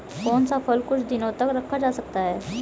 कौन सा फल कुछ दिनों तक रखा जा सकता है?